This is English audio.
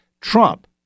Trump